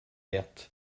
herth